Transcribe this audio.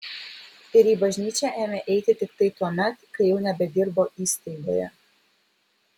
ir į bažnyčią ėmė eiti tiktai tuomet kai jau nebedirbo įstaigoje